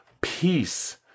peace